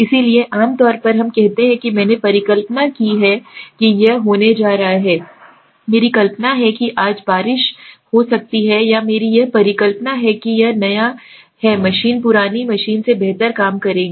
इसलिए आम तौर पर हम कहते हैं कि मैंने परिकल्पना की है कि यह है होने जा रहा है मेरी परिकल्पना है कि आज बारिश हो सकती है या मेरी यह परिकल्पना है कि यह नया है मशीन पुरानी मशीन से बेहतर काम करेगी